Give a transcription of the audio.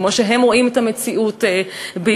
כמו שהם רואים את המציאות בישראל,